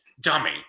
dummy